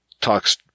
talks